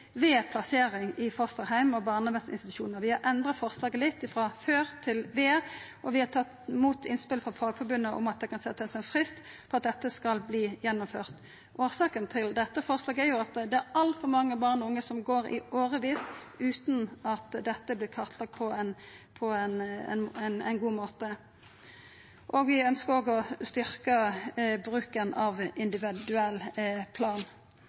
ved plassering i fosterheim og barnevernsinstitusjonar. Vi har endra forslaget litt, og vi har tatt imot innspel frå Fagforbundet om at det kan setjast ein frist for når dette skal verta gjennomført. Årsaka til dette forslaget er at det er altfor mange barn og unge som går i årevis utan at dette vert kartlagt på ein god måte. Vi ønskjer òg å styrkja bruken av individuell plan.